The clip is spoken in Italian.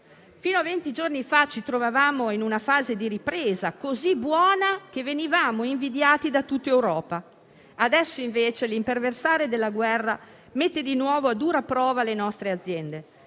Fino a venti giorni fa ci trovavamo in una fase di ripresa così buona che venivamo invidiati da tutta Europa. Adesso, invece, l'imperversare della guerra mette di nuovo a dura prova le nostre aziende.